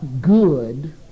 good